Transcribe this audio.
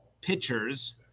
pitchers